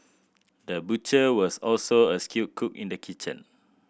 the butcher was also a skilled cook in the kitchen